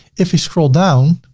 if we scroll down,